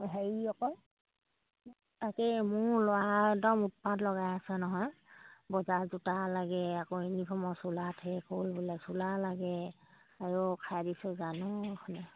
হেৰি আকৌ তাকেই মোৰ ল'ৰা এদম উৎপাত লগাই আছে নহয় বজাৰ জোতা লাগে আকৌ ইউনিফৰ্মৰ চোলা ঠেক হ'ল বোলে চোলা লাগে আইঐ খাই দিছে জান ঐ এইখনে